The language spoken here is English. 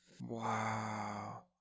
wow